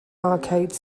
arcade